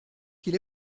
qu’il